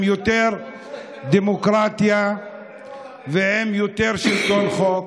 עם יותר דמוקרטיה ועם יותר שלטון חוק.